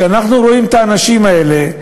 שאנחנו רואים את האנשים האלה,